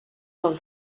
del